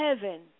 heaven